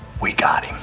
we got